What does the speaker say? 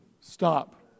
stop